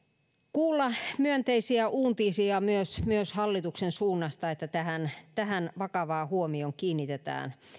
kuulla myönteisiä uutisia myös myös hallituksen suunnasta että tähän tähän vakavaan huomioon kiinnitetään